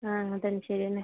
ആ തലശ്ശേരി തന്നെ